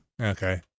okay